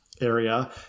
area